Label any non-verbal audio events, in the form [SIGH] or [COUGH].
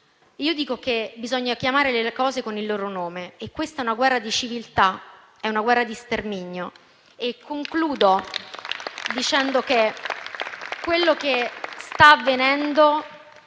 Io dico che bisogna chiamare le cose con il loro nome: questa è una guerra di civiltà, è una guerra di sterminio. [APPLAUSE] Concludo dicendo che quello che sta avvenendo